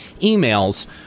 emails